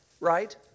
right